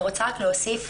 אני רוצה רק להוסיף.